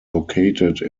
located